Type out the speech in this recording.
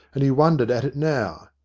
and he wondered at it now.